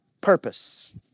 purpose